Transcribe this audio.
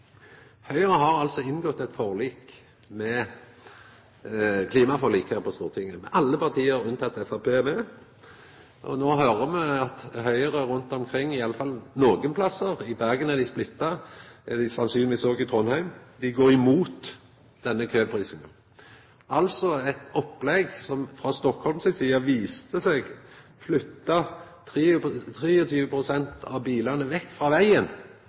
Høgre og køprising. Høgre har altså inngått eit klimaforlik her på Stortinget, der alle parti, unnateke Framstegspartiet, er med. No høyrer me at Høgre rundt omkring, iallfall nokre plassar – i Bergen er dei splitta, det er dei sannsynlegvis òg i Trondheim – går imot denne køprisinga, altså eit opplegg som i Stockholm viste seg å flytta 23 pst. av trafikken med bilane vekk frå vegen